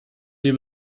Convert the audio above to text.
wir